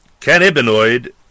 cannabinoid